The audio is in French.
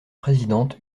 présidente